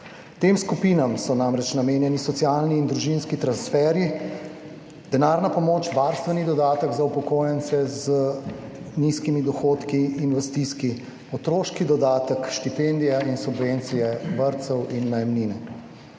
Tem skupinam so namreč namenjeni socialni in družinski transferji, denarna pomoč, varstveni dodatek za upokojence z nizkimi dohodki in v stiski, otroški dodatek, štipendije in subvencije vrtcev in najemnine.